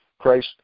Christ